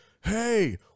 hey